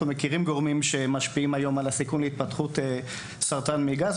אנחנו מכירים את הגורמים שיכולים למנוע את ההתפתחות של סרטן המעי הגס,